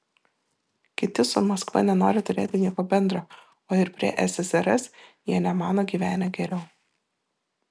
kiti su maskva nenori turėti nieko bendra o ir prie ssrs jie nemano gyvenę geriau